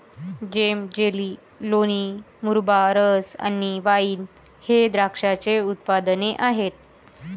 जेम, jelly, लोणी, मुरब्बा, रस आणि वाइन हे द्राक्षाचे उत्पादने आहेत